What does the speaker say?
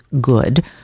good